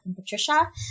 Patricia